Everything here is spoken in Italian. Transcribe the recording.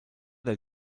del